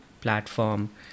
platform